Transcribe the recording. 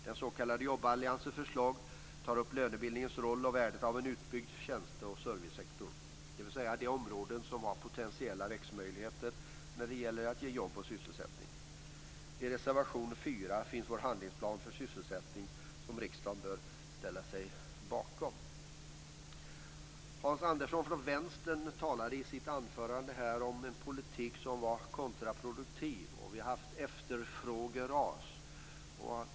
Den s.k. jobballiansens förslag tar upp lönebildningens roll och värdet av en utbyggd tjänste och servicesektor, dvs. de områden som har potentiella växtmöjligheter när det gäller att ge jobb och sysselsättning. I reservation nr 4 finns vår handlingsplan för sysselsättning, som riksdagen bör ställa sig bakom. Hans Andersson från Vänstern talade i sitt anförande om en politik som var kontraproduktiv och om att vi har haft ett efterfrågeras.